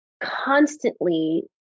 constantly